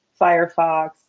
Firefox